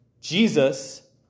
Jesus